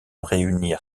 réunir